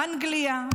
אנגליה,